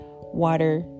water